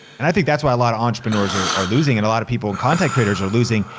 and i think that's why a lot of entrepreneurs are are losing and a lot of people, content creators, are losing,